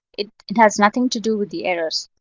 it it has nothing to do with the errors.